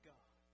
God